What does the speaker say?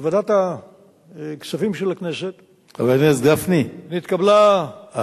בוועדת הכספים של הכנסת נתקבלה החלטה,